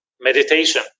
meditation